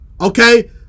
okay